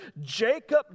Jacob